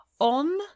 on